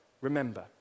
Remember